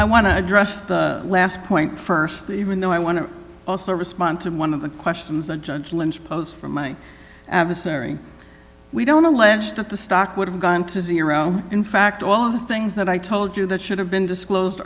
i want to address the last point st even though i want to also respond to one of the questions and judge lynch posts from my adversary we don't allege that the stock would have gone to zero in fact all of the things that i told you that should have been disclosed